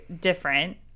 different